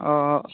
ꯑꯥ